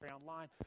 Online